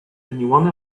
anyone